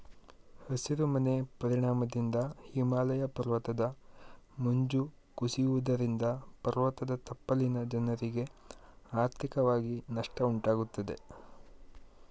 ಹಸಿರು ಮನೆ ಪರಿಣಾಮದಿಂದ ಹಿಮಾಲಯ ಪರ್ವತದ ಮಂಜು ಕುಸಿಯುವುದರಿಂದ ಪರ್ವತದ ತಪ್ಪಲಿನ ಜನರಿಗೆ ಆರ್ಥಿಕವಾಗಿ ನಷ್ಟ ಉಂಟಾಗುತ್ತದೆ